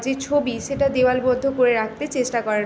যে ছবি সেটা দেওয়াল বদ্ধ করে রাখতে চেষ্টা করেন